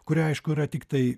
kuri aišku yra tiktai